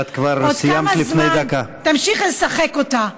עוד כמה זמן תמשיך לשחק אותה?